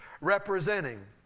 Representing